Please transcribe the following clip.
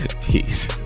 Peace